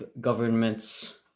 government's